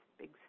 big